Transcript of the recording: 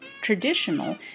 Traditional